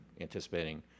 anticipating